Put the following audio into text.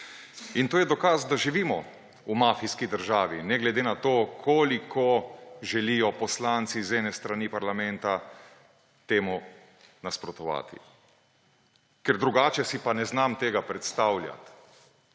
In to je dokaz, da živimo v mafijski državi ne glede na to, koliko želijo poslanci iz ene strani parlamenta temu nasprotovati, ker drugače si pa ne znam tega predstavljati,